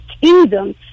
kingdom